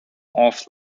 off